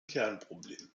kernproblem